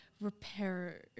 repair